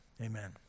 Amen